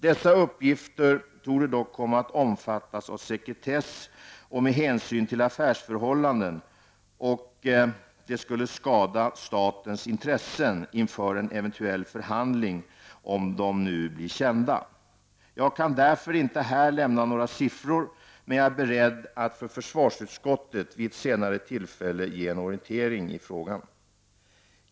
Dessa uppgifter torde dock komma att omfattas av sekretess med hänsyn till affärsförhållanden, och det skulle skada statens intressen inför en eventuell förhandling om de nu blir kända. Jag kan därför inte här lämna några siffror, men jag är beredd att för försvarsutskottet vid ett senare tillfälle ge en orientering i frågan.